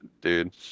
Dude